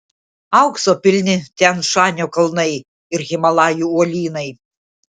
aukso pilni tian šanio kalnai ir himalajų uolynai